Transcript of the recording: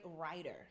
writer